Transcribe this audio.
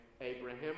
Abraham